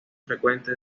frecuente